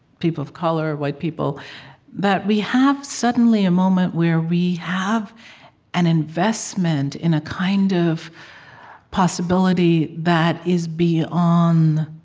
people of color, white people that we have, suddenly, a moment where we have an investment in a kind of possibility that is beyond um